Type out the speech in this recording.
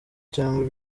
cyangwa